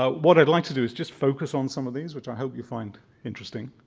ah what i'd like to do is just focus on some of these which i hope you find interesting.